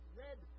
red